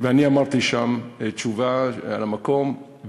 ואני אמרתי שם תשובה על המקום,